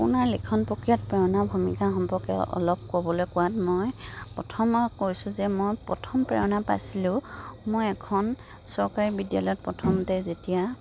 আপোনাৰ লিখন প্ৰক্ৰিয়াত প্ৰেৰণা ভূমিকা সম্পৰ্কে অলপ ক'বলৈ কোৱাত মই প্ৰথমে কৈছোঁ যে মই প্ৰথম প্ৰেৰণা পাইছিলোঁ মই এখন চৰকাৰী বিদ্যালয়ত প্ৰথমতে যেতিয়া